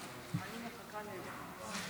אדוני היושב-ראש.